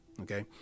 okay